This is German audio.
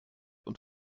und